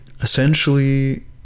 essentially